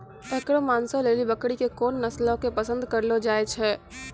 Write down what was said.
एकरो मांसो लेली बकरी के कोन नस्लो के पसंद करलो जाय छै?